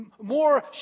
More